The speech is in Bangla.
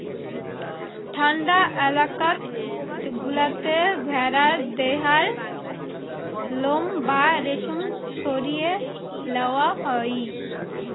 ঠান্ডা এলাকাত গুলাতে ভেড়ার দেহার লোম বা রেশম সরিয়ে লেয়া হই